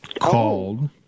called